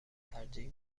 ترجیح